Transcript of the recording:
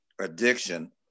addiction